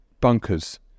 bunkers